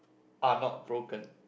are not broken